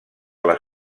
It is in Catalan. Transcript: les